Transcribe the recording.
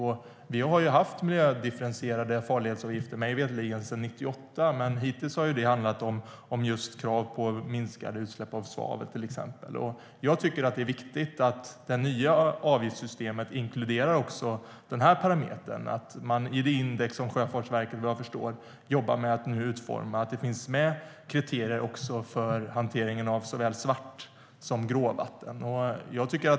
Vi har mig veterligen haft miljödifferentierade farledsavgifter sedan 1998, men hittills har det handlat till exempel om krav på minskade utsläpp av svavel. Jag tycker att det är viktigt att det nya avgiftssystemet inkluderar den här parametern, att det i det index som Sjöfartsverket vad jag förstår nu jobbar med att utforma finns med kriterier för hantering av såväl svartvatten som gråvatten.